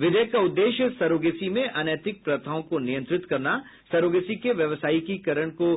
विधेयक का उद्देश्य सरोगेसी में अनैतिक प्रथाओं को नियंत्रित करना सरोगेसी के व्यावसायीकरण को